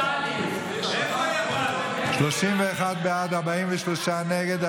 31 בעד, 43 נגד.